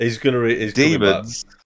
Demons